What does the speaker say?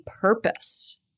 purpose